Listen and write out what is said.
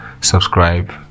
subscribe